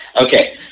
Okay